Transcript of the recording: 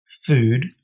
food